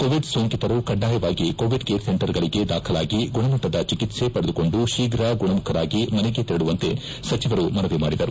Covid ಸೋಂಕಿತರು ಕಡ್ಡಾಯವಾಗಿ Covid care ಸೆಂಟರ್ಗಳಿಗೆ ದಾಖಲಾಗಿ ಗುಣಮಟ್ಟದ ಚಿಕಿತ್ಸೆಯನ್ನು ಪಡೆದುಕೊಂಡು ಶೀಘ ಗುಣಮುಖರಾಗಿ ಮನೆಗೆ ತೆರಳುವಂತೆ ಸಚಿವರು ಮನವಿ ಮಾಡಿದರು